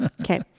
Okay